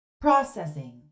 processing